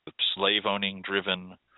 slave-owning-driven